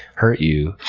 hurt you.